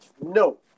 No